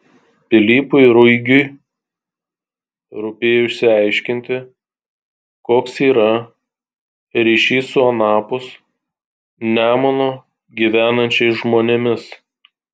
pilypui ruigiu rūpėjo išsiaiškinti koks yra ryšys su anapus nemuno gyvenančiais žmonėmis